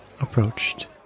approached